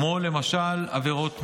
כמו למשל עבירות מין,